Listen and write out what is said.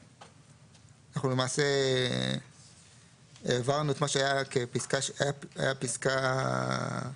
למעשה העברנו את מה שהיה פסקה (3)